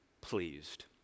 pleased